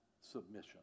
Submission